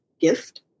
gift